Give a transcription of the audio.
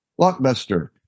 Blockbuster